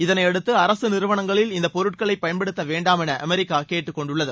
இதனை அடுத்து அரசு நிறுவனங்களில் இந்த பொருட்களை பயன்படுத்த வேண்டாம் என அமெரிக்கா கேட்டுக் கொண்டுள்ளது